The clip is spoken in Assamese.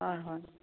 হয় হয়